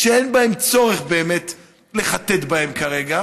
שאין צורך לחטט בהם כרגע,